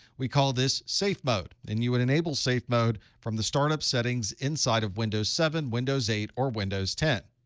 we call this safe mode. and you would enable safe mode from the startup settings inside of windows seven, windows eight, or windows ten.